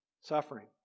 Suffering